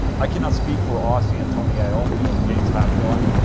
i cannot speak for ozzy and tony iommi or james hatfield, i mean.